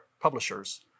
publishers